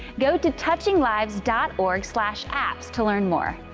go to touchinglives dot org slash apps to learn more.